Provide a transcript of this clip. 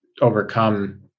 overcome